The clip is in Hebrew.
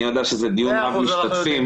אני יודע שזה דיון רב משתתפים.